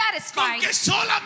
satisfied